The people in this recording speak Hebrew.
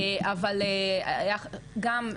אבל גם,